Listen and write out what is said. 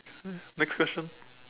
next question